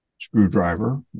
screwdriver